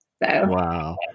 Wow